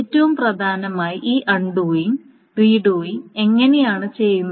ഏറ്റവും പ്രധാനമായി ഈ അൺഡൂയിംഗ് റീഡൂയിംഗ് എങ്ങനെയാണ് ചെയ്യുന്നത്